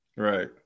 Right